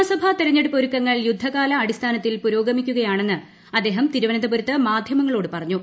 നിയമസഭാ തെരഞ്ഞെടുപ്പ് ഒരുക്കങ്ങൾ യുദ്ധകാല അടിസ്ഥാനത്തിൽ പുരോഗമിക്കുകയാണെന്ന് അദ്ദേഹം തിരുവനന്തപരുത്ത് മാധ്യമങ്ങളോട് പറഞ്ഞു